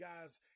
guys